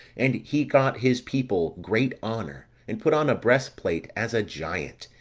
and he got his people great honour, and put on a breastplate as a giant,